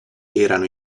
erano